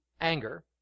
anger